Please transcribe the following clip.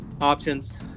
Options